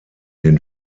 den